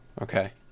Okay